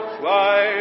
fly